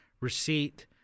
receipt